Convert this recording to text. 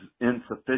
insufficient